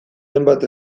hainbat